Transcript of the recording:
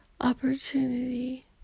opportunity